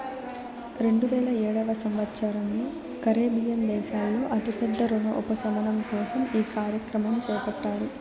రెండువేల ఏడవ సంవచ్చరంలో కరేబియన్ దేశాల్లో అతి పెద్ద రుణ ఉపశమనం కోసం ఈ కార్యక్రమం చేపట్టారు